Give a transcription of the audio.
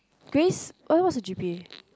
Grace why what's her g_p_a